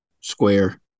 Square